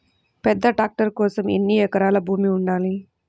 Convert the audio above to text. పెద్ద ట్రాక్టర్ కోసం ఎన్ని ఎకరాల భూమి ఉండాలి?